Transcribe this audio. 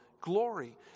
glory